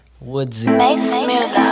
Woodsy